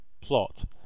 plot